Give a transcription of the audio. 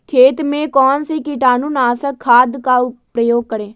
खेत में कौन से कीटाणु नाशक खाद का प्रयोग करें?